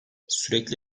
sürekli